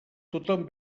tothom